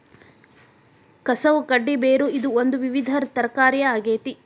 ಕೆಸವು ಗಡ್ಡಿ ಬೇರು ಇದು ಒಂದು ವಿವಿಧ ತರಕಾರಿಯ ಆಗೇತಿ